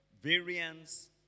variance